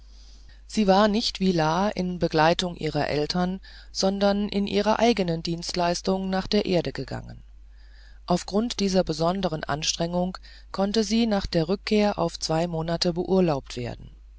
sie war nicht wie la in begleitung ihrer eltern sondern in ihrer eigenen dienstleistung nach der erde gegangen auf grund dieser besonderen anstrengung konnte sie nach der rückkehr auf zwei monate beurlaubt werden